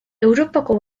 europako